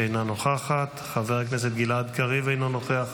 אינה נוכחת, חבר הכנסת גלעד קריב, אינו נוכח,